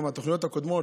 גם התוכניות הקודמות,